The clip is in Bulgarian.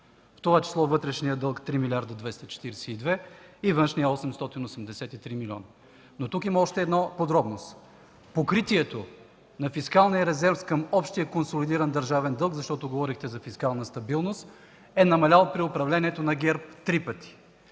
В това число вътрешният дълг – 3 млрд. 242, и външният – 883 милиона. Но тук има още една подробност – покритието на фискалния резерв към общия консолидиран държавен дълг, защото говорихте за фискална стабилност, е намалял при управлението на ГЕРБ три пъти.